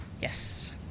Yes